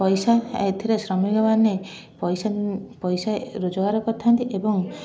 ପଇସା ଏଇଥିରେ ଶ୍ରମିକମାନେ ପଇସା ପଇସା ରୋଜଗାର କରିଥାନ୍ତି ଏବଂ